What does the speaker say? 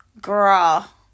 Girl